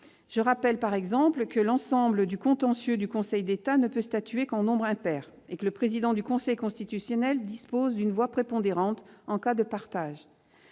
Je rappelle, par exemple, que l'assemblée du contentieux du Conseil d'État ne peut statuer « qu'en nombre impair » et que le président du Conseil constitutionnel dispose d'une voix prépondérante en cas de partage.